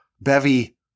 bevy